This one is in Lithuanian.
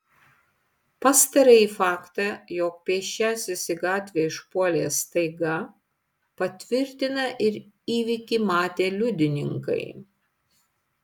pastarąjį faktą jog pėsčiasis į gatvę išpuolė staiga patvirtina ir įvykį matę liudininkai